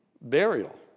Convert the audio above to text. burial